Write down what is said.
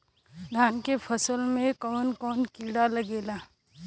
धान के फसल मे कवन कवन कीड़ा लागेला?